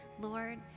Lord